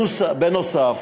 נוסף